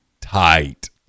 tight